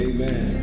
Amen